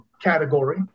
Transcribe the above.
category